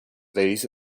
these